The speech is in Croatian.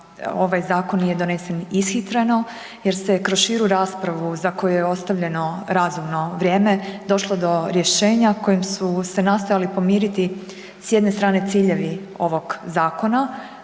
ovaj zakon nije donesen ishitreno jer se kroz širu raspravu za koju je ostavljeno razumno vrijeme došlo do rješenja kojim su se nastojali pomiriti s jedne strane ciljevi ovog zakona